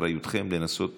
באחריותכם לנסות